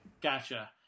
gotcha